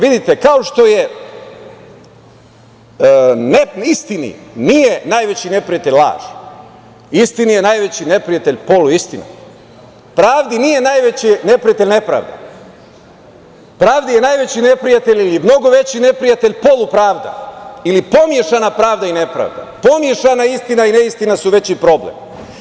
Vidite, kao što istini nije najveći neprijatelj laž, istini je najveći neprijatelj poluistina, pravdi nije najveći neprijatelj nepravda, pravdi je najveći neprijatelj ili mnogo veći neprijatelj polupravda ili pomešana pravda i nepravda, pomešana istina i neistina su veći problem.